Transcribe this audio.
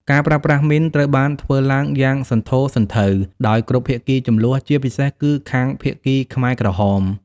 ការប្រើប្រាស់មីនត្រូវបានធ្វើឡើងយ៉ាងសន្ធោសន្ធៅដោយគ្រប់ភាគីជម្លោះ ជាពិសេសគឺខាងភាគីខ្មែរក្រហម។